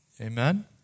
Amen